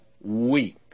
weak